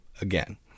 again